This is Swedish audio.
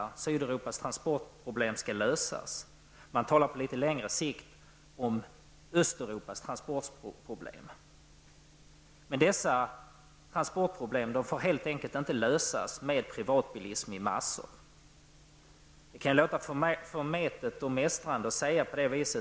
Men både Sydeuropas transportproblem och, på litet längre sikt, Östeuropas transportproblem får helt enkelt inte lösas med privatbilism i massor. Det kan låta förmätet och mästrande att säga så,